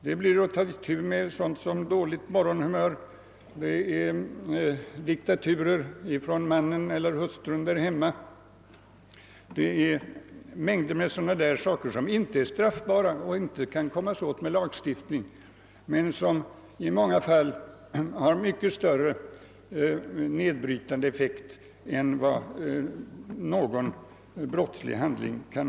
Det blir att ta itu med sådant som dåligt morgonhumör och diktatur i hemmet från mannens eller hustruns sida och mycket annat. Det finns en mängd sådana saker som inte är straffbelagda och som det över huvud taget inte går att komma åt genom lagstiftning men som kan ha en mycket större nedbrytande effekt än någon brottslig handling.